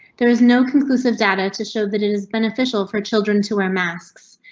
there is no conclusive data to show that it is beneficial for children to wear masks,